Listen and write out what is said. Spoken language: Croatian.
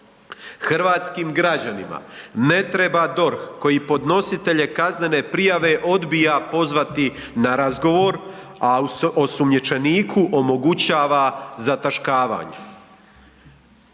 Hrvatskim građanima ne treba DORH koji podnositelje kaznene prijave odbija pozvati na razgovor, a osumnjičeniku omogućava zataškavanje.